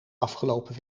afgelopen